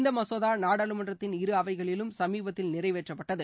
இந்த மசோதா நாடாளுமன்றத்தின் இருஅவைகளிலும் சமீபத்தில் நிறைவேற்றப்பட்டது